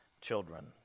children